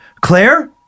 claire